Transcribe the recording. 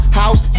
house